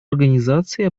организации